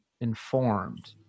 informed